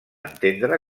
entendre